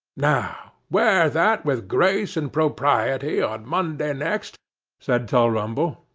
now, wear that with grace and propriety on monday next said tulrumble,